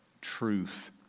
truth